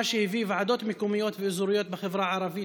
מה שהביא לוועדות מקומיות ואזוריות בחברה הערבית